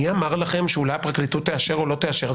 מי אמר לכם שאולי הפרקליטות תאשר או לא תישאר?